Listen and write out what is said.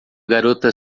garota